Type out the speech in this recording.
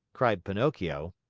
cried pinocchio.